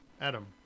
Adam